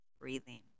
breathing